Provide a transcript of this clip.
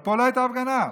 פה לא הייתה הפגנה,